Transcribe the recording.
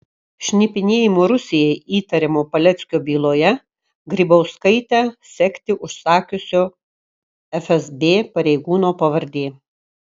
šnipinėjimu rusijai įtariamo paleckio byloje grybauskaitę sekti užsakiusio fsb pareigūno pavardė